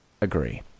agree